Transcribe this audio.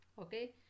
Okay